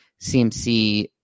CMC